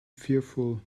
fearful